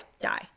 die